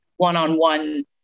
one-on-one